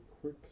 quick